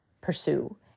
pursue